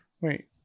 Wait